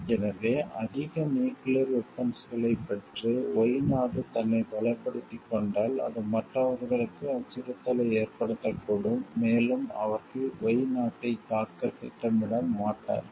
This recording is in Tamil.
எனவே அதிக நியூக்கிளியர் வெபன்ஸ்களைப் பெற்று Y நாடு தன்னை பலப்படுத்திக் கொண்டால் அது மற்றவர்களுக்கு அச்சுறுத்தலை ஏற்படுத்தக்கூடும் மேலும் அவர்கள் Y நாட்டைத் தாக்கத் திட்டமிட மாட்டார்கள்